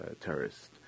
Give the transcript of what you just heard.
terrorists